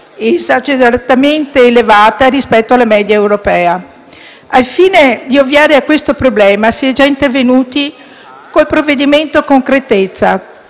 esageratamente elevata rispetto alla media europea. Al fine di ovviare a questo problema si è già intervenuti con il cosiddetto provvedimento concretezza